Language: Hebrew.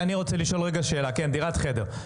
כן, דירת חדר.